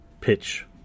pitch